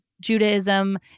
Judaism